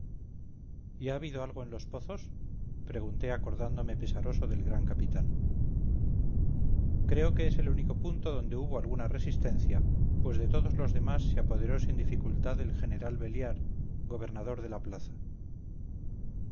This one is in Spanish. y ha habido algo en los pozos pregunté acordándome pesaroso del gran capitán creo que es el único punto donde hubo alguna resistencia pues de todos los demás se apoderó sin dificultad el general belliard gobernador de la plaza